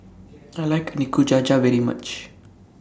I like Nikujaga very much